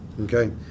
okay